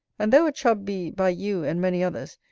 and though a chub be, by you and many others,